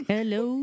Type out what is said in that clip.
Hello